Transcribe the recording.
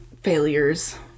failures